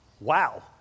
Wow